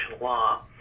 law